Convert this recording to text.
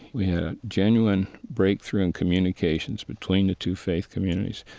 we had a genuine breakthrough in communications between the two faith communities,